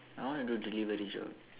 I want to do delivery job